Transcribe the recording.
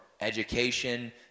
education